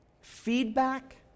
feedback